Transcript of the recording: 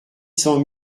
cent